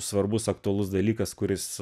svarbus aktualus dalykas kuris